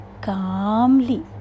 calmly